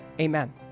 Amen